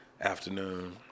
afternoon